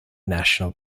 national